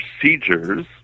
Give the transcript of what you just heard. procedures